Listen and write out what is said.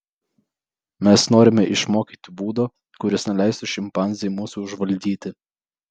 mes norime išmokyti būdo kuris neleistų šimpanzei mūsų užvaldyti